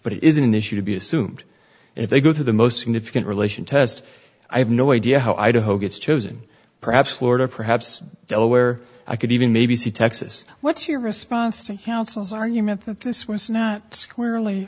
but it is an issue to be assumed if they go through the most significant relation test i have no idea how idaho gets chosen perhaps florida perhaps delaware i could even maybe see texas what's your response to how since argument that this was not squarely